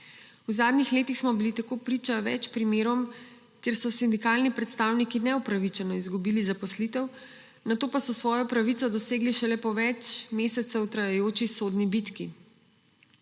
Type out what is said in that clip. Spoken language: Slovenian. V zadnjih letih smo bili tako priča več primerom, kjer so sindikalni predstavniki neupravičeno izgubili zaposlitev, nato pa so svojo pravico dosegli šele po več mesecev trajajoči sodni bitki.